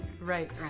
Right